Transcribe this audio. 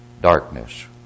darkness